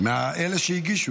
מאלה שהגישו.